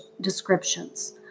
descriptions